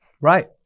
Right